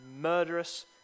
murderous